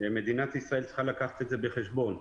ומדינת ישראל צריכה לקחת את זה בחשבון.